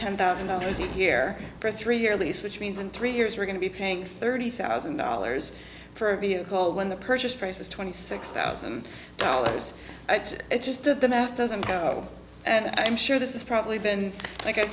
ten thousand dollars here for a three year lease which means and three years we're going to be paying thirty thousand dollars for a vehicle when the purchase price is twenty six thousand dollars it's just that the math doesn't go and i'm sure this is probably been